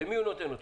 למי הוא נותן אותו?